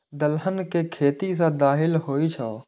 दलहन के खेती सं दालि होइ छै